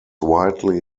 widely